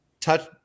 touch